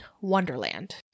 Wonderland